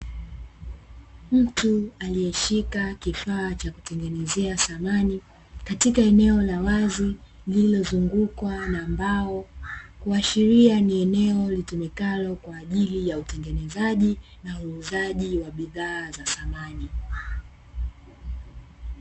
Mtu aliheshika kifaa cha kutengenezea dhamani katika eneo la wazi ikionekana kama eneo la utengenezaji na uuzaji wa dhamani